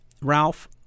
Ralph